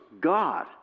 God